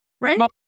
Right